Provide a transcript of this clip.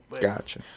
Gotcha